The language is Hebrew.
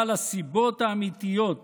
אבל הסיבות האמיתיות